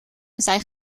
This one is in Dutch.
zijn